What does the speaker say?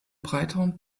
breiteren